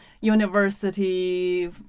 university